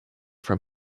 from